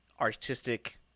artistic